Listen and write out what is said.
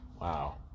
Wow